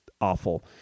awful